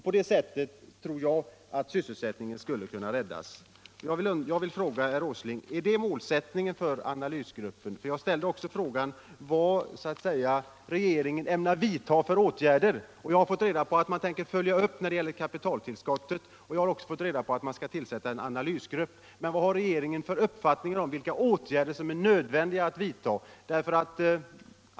På det sättet tror jag att sysselsättningen skulle kunna räddas. Jag vill fråga herr Åsling: Är detta målsättningen för analysgruppen? Jag har också ställt frågan vilka åtgärder regeringen ämnar vidta och fått reda på att man tänker följa upp beslutet om kapitaltillskott, och jag har även fått reda på att man skall tillsätta en analysgrupp. Men vad har regeringen för uppfattning om vilka åtgärder som är nödvändiga att vidta?